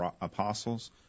apostles